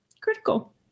critical